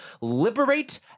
liberate